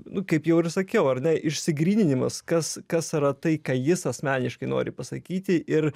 nu kaip jau ir sakiau ar ne išsigryninimas kas kas yra tai ką jis asmeniškai nori pasakyti ir